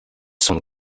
song